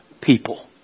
people